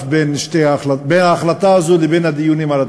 בין ההחלטה הזאת לבין הדיונים על התקציב.